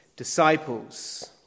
disciples